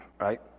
right